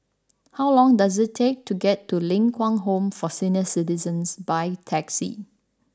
how long does it take to get to Ling Kwang Home for Senior Citizens by taxi